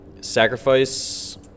Sacrifice